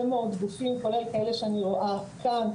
מאוד גופים כולל כאלה שאני רואה כאן,